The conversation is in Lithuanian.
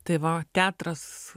tai va teatras